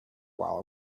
while